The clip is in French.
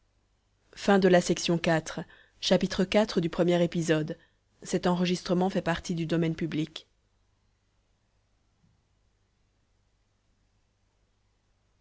text premier épisode